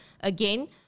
again